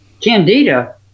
Candida